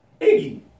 Iggy